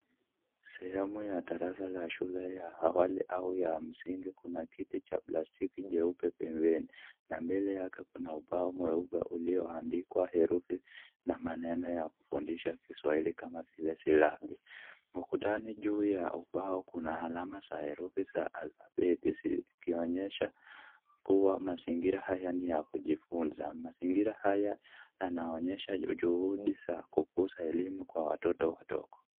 Sehemu ya darasa la shule ya awali au ya msingi kuna kiti cha plastiki jeupe pembeni na mbele yake kuna ubao mweupe ulioandikwa herufi na maneno ya kufundisha Kiswahili kama vile silabi. Ukutani juu ya ubao, kuna alama za herufi za alfabeti zikionyesha kuwa mazingira haya ni ya kujifunza. Mazingira haya yanaonyesha juhudi za kukuza elimu kwa watoto wadogo.